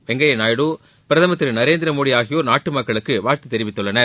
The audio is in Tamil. வெங்கப்யா நாயுடு பிரதமர் திரு நரேந்திரமோடி ஆகியோர் நாட்டு மக்களுக்கு வாழ்த்து தெரிவித்துள்ளனர்